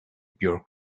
pure